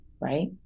right